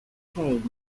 change